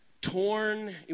torn